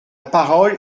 parole